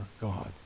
God